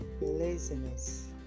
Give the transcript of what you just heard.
laziness